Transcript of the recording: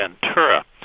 Ventura